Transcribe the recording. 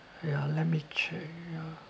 ya let me check ya uh